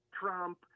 Trump